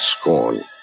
scorn